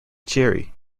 gerry